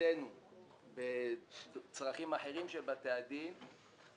לקראתנו בצרכים אחרים של בתי הדין,